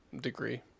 degree